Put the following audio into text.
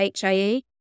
HIE